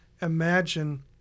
imagine